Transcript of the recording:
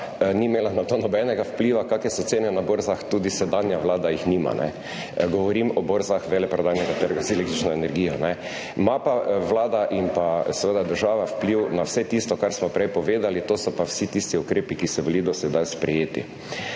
ni imela na to nobenega vpliva kakšne so cene na borzah, tudi sedanja Vlada jih nima. Govorim o borzah veleprodajnega trga z električno energijo. Ima pa Vlada in pa seveda država vpliv na vse tisto kar smo prej povedali, to so pa vsi tisti ukrepi, ki so bili do sedaj sprejeti.